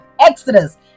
Exodus